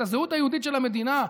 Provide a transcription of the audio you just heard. את הזהות היהודית של המדינה,